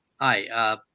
Hi